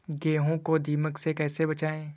गेहूँ को दीमक से कैसे बचाएँ?